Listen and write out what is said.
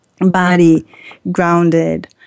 body-grounded